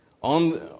on